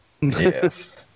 Yes